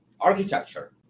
architecture